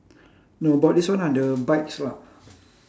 no about this one lah the bikes lah